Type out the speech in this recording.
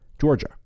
Georgia